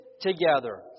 together